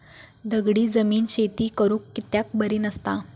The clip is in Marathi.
दगडी जमीन शेती करुक कित्याक बरी नसता?